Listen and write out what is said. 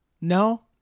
No